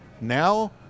Now